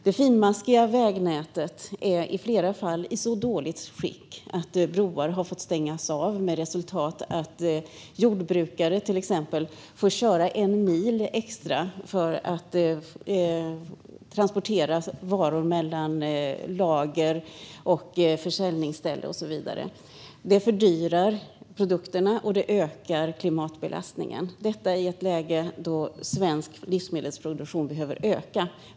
Det finmaskiga vägnätet är i flera fall i så dåligt skick att broar har fått stängas av, med resultatet att exempelvis jordbrukare får köra en mil extra för att transportera varor mellan lager och försäljningsställe. Detta fördyrar produkterna och ökar klimatbelastningen - detta i ett läge då svensk livsmedelsproduktion behöver öka.